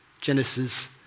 Genesis